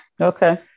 Okay